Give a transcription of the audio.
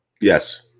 Yes